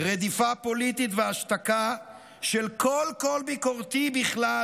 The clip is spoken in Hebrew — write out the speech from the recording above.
רדיפה פוליטית והשתקה של כל קול ביקורתי בכלל